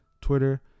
twitter